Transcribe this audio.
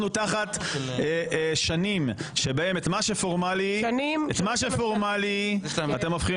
אנחנו תחת שנים שבהן הן מה שפורמלי אתם הופכים